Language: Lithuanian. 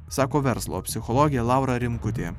sako verslo psichologė laura rimkutė